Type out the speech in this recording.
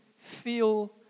feel